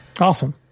Awesome